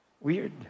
Weird